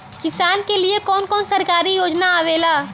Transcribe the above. किसान के लिए कवन कवन सरकारी योजना आवेला?